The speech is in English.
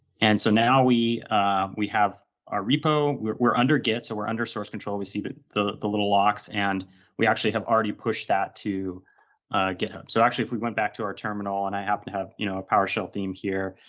and so now, we we have our repo. we're we're under git, so we're under source control. we see the the little locks, and we actually have already pushed that to github. so actually, if we went to our terminal and i happen to have you know a powershell theme here,